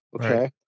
Okay